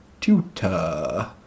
tutor